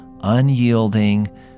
unyielding